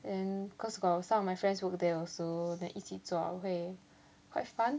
and cause got some of my friends work there also then 一起做会 quite fun